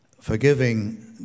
Forgiving